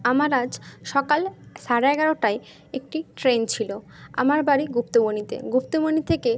আমার আজ সকাল সাড়ে এগারোটায় একটি ট্রেন ছিল আমার বাড়ি গুপ্তমণিতে গুপ্তমণি থেকে